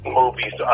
movies